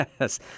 Yes